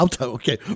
Okay